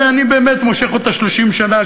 ואני באמת מושך אותה 30 שנה,